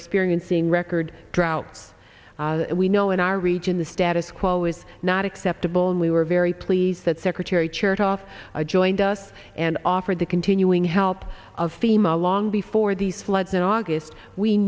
experiencing record droughts we know in our region the status quo is not acceptable and we were very pleased that secretary chertoff joined us and offered the continuing help of fema long before these floods in august we